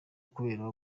kubera